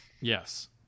Yes